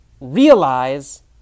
realize